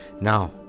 Now